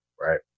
Right